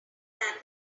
than